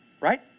Right